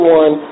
one